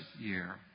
year